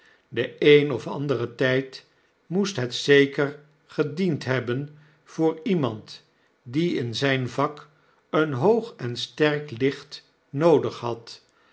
den een of anderen tyd moest het zeker gediend hebben voor iemand die in zijn vak een hoog en sterk licht noodig had